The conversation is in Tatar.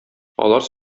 алар